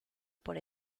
por